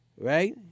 Right